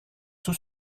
sous